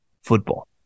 football